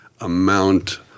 amount